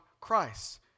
Christ